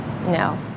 no